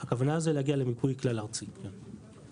הכוונה היא להגיע למיפוי כלל הארצי, כן.